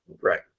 right